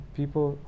people